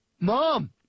mom